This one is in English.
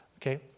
Okay